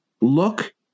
look